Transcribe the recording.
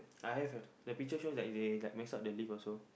I have a the picture shows that they like mix up the leaf also